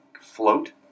float